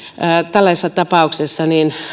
tällaisessa tapauksessa että